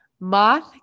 Moth